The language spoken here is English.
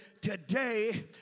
today